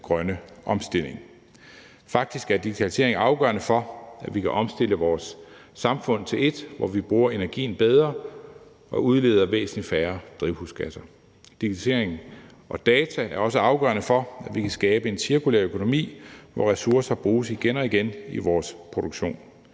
grønne omstilling. Faktisk er digitaliseringen afgørende for, at vi kan omstille vores samfund til et, hvor vi bruger energien bedre og udleder væsentlig færre drivhusgasser. Digitalisering og data er også afgørende for, at vi kan skabe en cirkulær økonomi, hvor ressourcer bruges igen og igen i vores produktion.